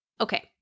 okay